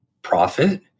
profit